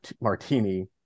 martini